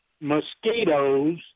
mosquitoes